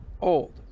old